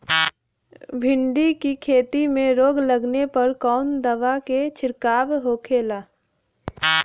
भिंडी की खेती में रोग लगने पर कौन दवा के छिड़काव खेला?